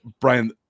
Brian